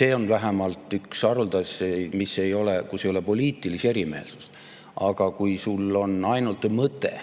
See on vähemalt üks haruldane, mille korral ei ole poliitilisi erimeelsusi. Aga kui sul on ainult mõte,